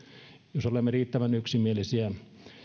jos olemme riittävän yksimielisiä